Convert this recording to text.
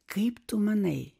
kaip tu manai